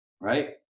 right